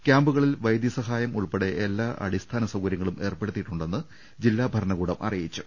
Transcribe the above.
ക്യാമ്പുകളിൽ വൈദ്യസഹായം ഉൾപ്പെടെ എല്ലാ അടിസ്ഥാന സൌകര്യങ്ങളും ഏർപ്പെടുത്തിയിട്ടു ണ്ടെന്ന് ജില്ലാ ഭരണകൂടം അറിയിച്ചു